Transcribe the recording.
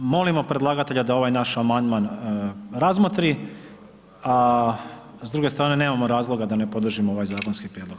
Molimo predlagatelja da ovaj naš amandman razmotri, a s druge strane nemamo razloga da ne podržimo ovaj zakonski prijedlog.